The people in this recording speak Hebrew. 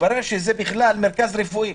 מתברר שזה בכלל מרכז רפואי.